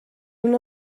una